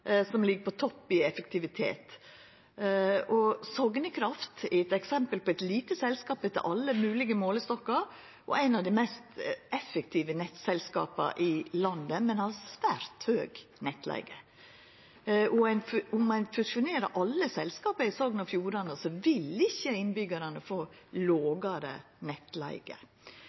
som ligg på topp i effektivitet. Sognekraft er eit eksempel på eit lite selskap – etter alle moglege målestokkar – og er eit av dei mest effektive nettselskapa i landet, men har svært høg nettleige. Om ein fusjonerer alle selskapa i Sogn og Fjordane, vil ikkje innbyggjarane få lågare nettleige.